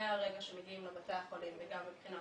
מהרגע שמגיעים לבתי החולים וגם מבחינת